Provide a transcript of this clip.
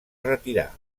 retirà